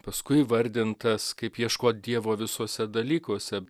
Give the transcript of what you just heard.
paskui įvardintas kaip ieškot dievo visuose dalykuose